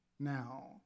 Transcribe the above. Now